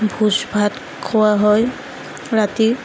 ভোজ ভাত খোৱা হয় ৰাতি